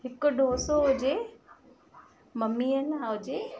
हिकु ढोसो हुजे मम्मीअ लाइ हुजे